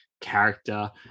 character